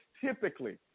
typically